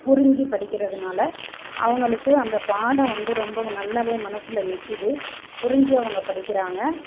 புரிஞ்சி படிக்கிறதினால அவங்களுக்கு அந்த பாடம் வந்து ரொம்ப நல்லாவே மனசில் நிற்கிது புரிஞ்சி அவங்க படிக்கிறாங்க